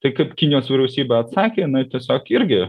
tai kaip kinijos vyriausybė atsakė na tiesiog irgi